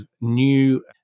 new